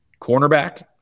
cornerback